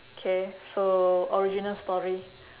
K so original story